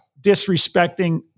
disrespecting